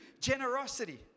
generosity